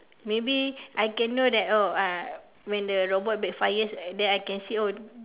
maybe I can know that oh uh when the robot backfires and then I can see oh